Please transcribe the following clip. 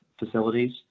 facilities